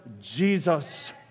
Jesus